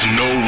no